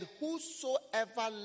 whosoever